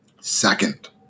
Second